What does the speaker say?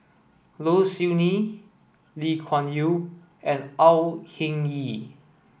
Low Siew Nghee Lee Kuan Yew and Au Hing Yee